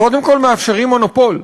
קודם כול מאפשרים מונופול,